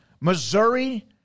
Missouri